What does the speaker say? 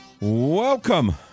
Welcome